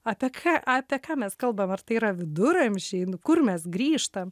apie ką apie ką mes kalbam ar tai yra viduramžiai nu kur mes grįžtam